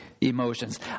emotions